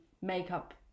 Makeup